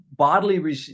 bodily